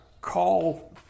call